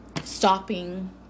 stopping